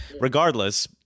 regardless